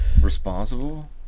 Responsible